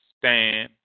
stand